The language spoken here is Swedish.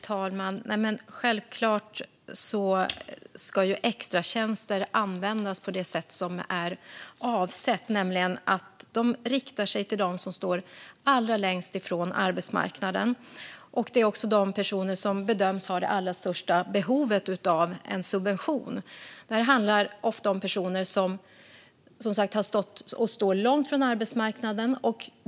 Fru talman! Självklart ska extratjänster användas på det sätt som är avsett, nämligen att de riktar sig till dem som står allra längst ifrån arbetsmarknaden. Det är också dessa personer som bedöms ha det allra största behovet av en subvention. Det här handlar, som sagt, ofta om personer som har stått och står långt ifrån arbetsmarknaden.